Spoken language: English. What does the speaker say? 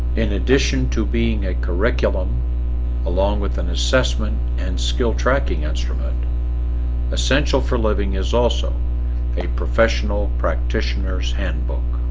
in addition to being a curriculum along with an assessment and skill tracking instrument essential for living is also a professional practitioners handbook